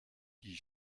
die